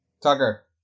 Tucker